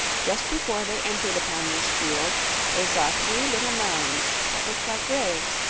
just before they entered upon this field they saw three little mounds that looked like graves,